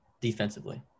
defensively